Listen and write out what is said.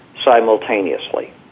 simultaneously